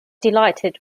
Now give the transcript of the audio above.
delighted